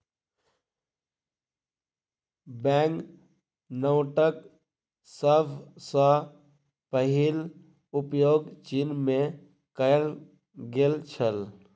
bank नोटक सभ सॅ पहिल उपयोग चीन में कएल गेल छल